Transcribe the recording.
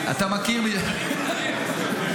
אני מתערב.